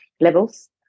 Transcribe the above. levels